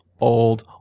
old